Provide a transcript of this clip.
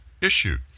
issued